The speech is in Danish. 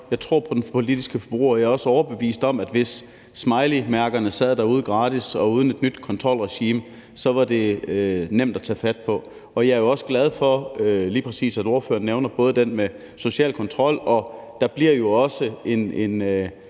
Jeg tror på den politiske forbruger. Jeg er også overbevist om, at hvis smileymærkerne var gratis derude og der ikke var et nyt kontrolregime, så var det nemt at tage fat på. Jeg er jo også glad for, at ordføreren nævner lige præcis det med social kontrol. Det bliver forhåbentlig